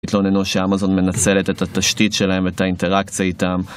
התלוננו שאמזון מנצלת את התשתית שלהם, את האינטראקציה איתם.